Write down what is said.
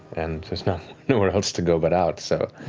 and there's nowhere else to go but out, so.